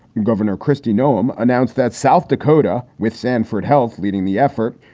governor kristi noem announced that south dakota, with sanford health leading the effort,